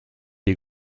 des